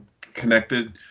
connected